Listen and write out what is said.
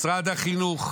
משרד החינוך,